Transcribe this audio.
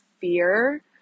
fear